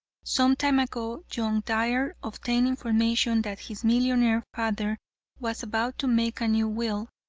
some time ago, young dire obtained information that his millionaire father was about to make a new will,